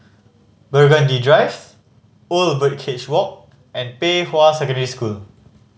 Burgundy Drive Old Birdcage Walk and Pei Hwa Secondary School